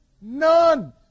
None